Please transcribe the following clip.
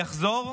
יחזור,